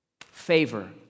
favor